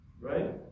Right